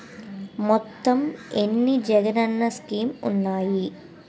మొత్తం ఎన్ని జగనన్న స్కీమ్స్ ఉన్నాయి?